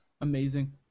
Amazing